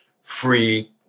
free